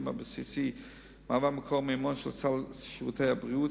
הבסיסי מהוות מקור מימון של סל שירותי הבריאות,